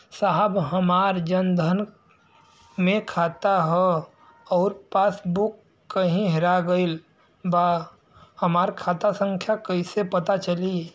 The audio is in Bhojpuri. साहब हमार जन धन मे खाता ह अउर पास बुक कहीं हेरा गईल बा हमार खाता संख्या कईसे पता चली?